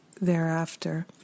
thereafter